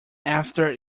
after